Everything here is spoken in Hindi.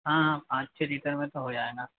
हाँ हाँ पाँच छः लीटर में तो हो जाएगा